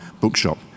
bookshop